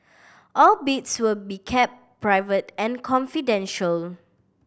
all bids will be kept private and confidential